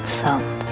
sound